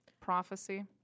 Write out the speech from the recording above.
prophecy